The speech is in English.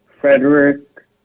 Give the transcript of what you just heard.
Frederick